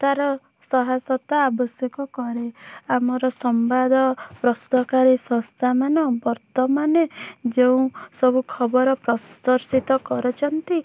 ତା'ର ସହାସତା ଆବଶ୍ୟକ କରେ ଆମର ସମ୍ବାଦ ପ୍ରସ୍ତୁତକାରୀ ସଂସ୍ଥାମାନ ବର୍ତ୍ତମାନେ ଯେଉଁ ସବୁ ଖବର କରୁଚନ୍ତି